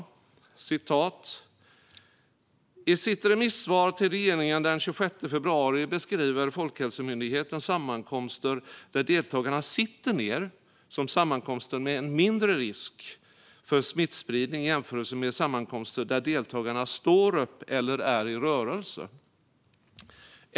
Han skriver: "I sitt remissvar till regeringen den 26 februari beskriver Folkhälsomyndigheten sammankomster där deltagarna sitter ned som sammankomster med en mindre risk för smittspridning i jämförelse med sammankomster där deltagarna står upp eller är i rörelse.